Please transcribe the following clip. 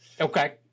okay